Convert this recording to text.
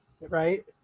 right